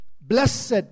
Blessed